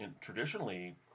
traditionally